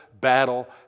battle